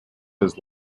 his